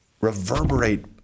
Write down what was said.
reverberate